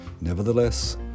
Nevertheless